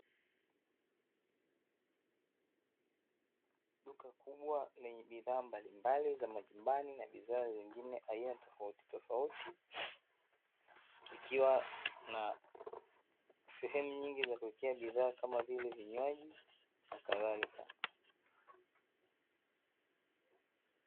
Duka kubwa lenye bidhaa mbalimbali za majumbani na bidhaa zingine aina tofautitofauti, ikiwa na sehemu nyingi za kuwekea bidhaa kama vile vinywaji na kadhalika.